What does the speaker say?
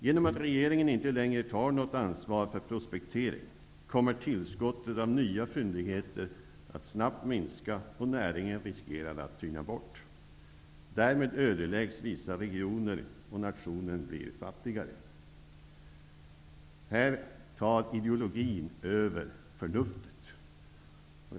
Genom att regeringen inte längre tar något ansvar för prospektering, kommer tillskottet av nya fyndigheter att snabbt minska, och näringen riskerar att tyna bort. Därmed ödeläggs vissa regioner och nationen blir fattigare. Här tar ideologin över förnuftet.